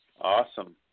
Awesome